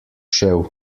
šel